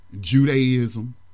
Judaism